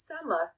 summer